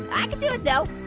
i could do it though.